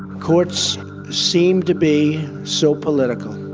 courts seem to be so political,